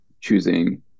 choosing